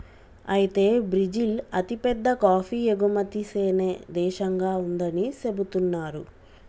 అయితే బ్రిజిల్ అతిపెద్ద కాఫీ ఎగుమతి సేనే దేశంగా ఉందని సెబుతున్నారు